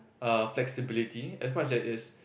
uh flexibility as much there is